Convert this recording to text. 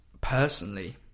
personally